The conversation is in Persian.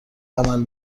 عمل